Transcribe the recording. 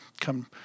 come